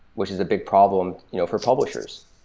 which is a big problem you know for publishers.